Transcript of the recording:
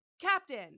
Captain